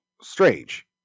strange